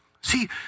See